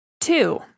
Two